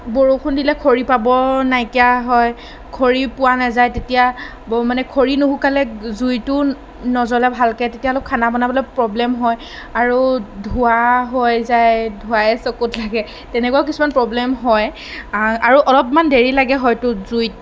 বৰষুণ দিলে খৰি পাব নাইকিয়া হয় খৰি পোৱা নাযায় তেতিয়া মানে খৰি নুশুকালে জুইটোও নজ্ৱলে ভালকৈ তেতিয়া অলপ খানা বনাবলৈ প্ৰব্লেম হয় আৰু ধোঁৱা হৈ যায় ধোঁৱাই চকুত লাগে তেনেকুৱাও কিছুমান প্ৰব্লেম হয় আৰু অলপমান দেৰি লাগে হয়তো জুইত